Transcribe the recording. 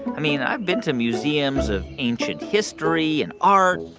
i mean i've been to museums of ancient history and art,